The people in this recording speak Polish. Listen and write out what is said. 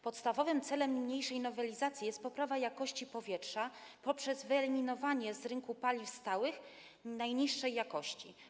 Podstawowym celem niniejszej nowelizacji jest poprawa jakości powietrza poprzez wyeliminowanie z rynku paliw stałych najniższej jakości.